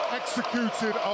executed